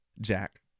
jack